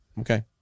okay